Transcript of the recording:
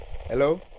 Hello